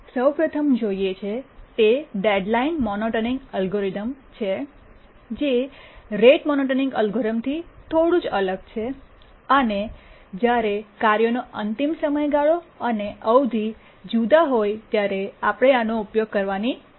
આપણે સૌ પ્રથમ જોઈએ છે તે ડેડલાઇન મોનોટોનિક અલ્ગોરિધમ છે જે રેટ મોનોટોનિક અલ્ગોરિધમથી થોડુંક જ અલગ છે અને જ્યારે કાર્યનો અંતિમ સમયગાળો અને અવધિ જુદા હોય ત્યારે આપણે આનો ઉપયોગ કરવાની જરૂર છે